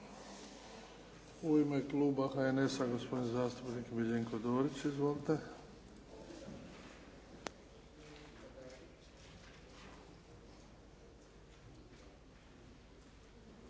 U ime Kluba HNS-a gospodin zastupnik Miljenko Dorić. Izvolite.